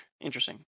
Interesting